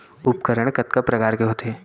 उपकरण कतका प्रकार के होथे?